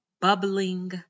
bubbling